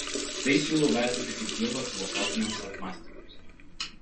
tai siūlau vertinti kaip dirvą filosofiniams apmąstymams